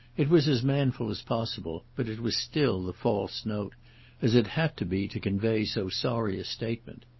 it was as manful as possible, but it was still the false note as it had to be to convey so sorry a statement.